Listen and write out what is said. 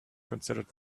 considered